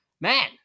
Man